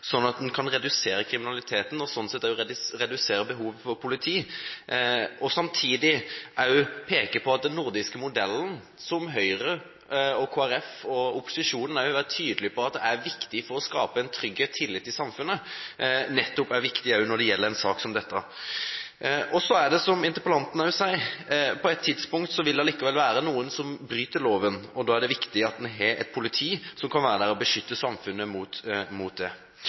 at en kan redusere kriminaliteten og slik sett også redusere behovet for politi, samtidig som man peker på at den nordiske modellen, som Høyre, Kristelig Folkeparti og opposisjonen er tydelig på er viktig for å skape en trygghet, en tillit, i samfunnet, nettopp er viktig når det gjelder en sak som dette. Så er det slik, som interpellanten sier, at på et tidspunkt vil det likevel være noen som bryter loven. Da er det viktig at en har et politi som kan være der og beskytte samfunnet. Kristelig Folkeparti har slått fast at to polititjenestemenn per 1 000 innbyggere er et viktig mål. Det